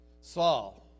Saul